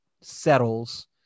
settles